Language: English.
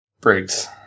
Briggs